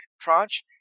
tranche